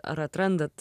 ar atrandat